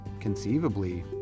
conceivably